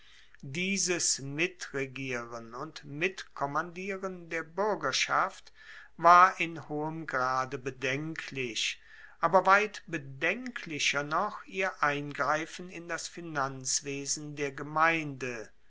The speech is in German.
dieses mitregieren und mitkommandieren der buergerschaft war in hohem grade bedenklich aber weit bedenklicher noch ihr eingreifen in das finanzwesen der gemeinde